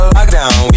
Lockdown